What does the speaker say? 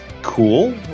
cool